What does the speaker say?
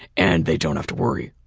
and they don't have to worry.